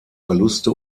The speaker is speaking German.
verluste